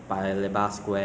哪里面的什么店呢 ne